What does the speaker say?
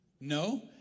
No